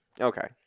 Okay